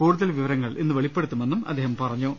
കൂടുതൽ വിവരങ്ങൾ ഇന്ന് വെളിപ്പെടുത്തുമെന്നും അദ്ദേഹം പറഞ്ഞു